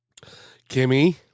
Kimmy